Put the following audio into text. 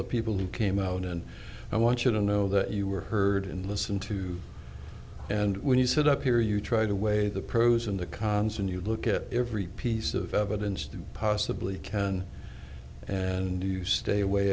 the people who came out and i want you to know that you were heard and listened to and when you sit up here you try to weigh the pros and the cons and you look at every piece of evidence to possibly can and you stay away